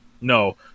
No